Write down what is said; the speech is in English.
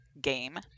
game